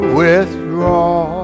withdraw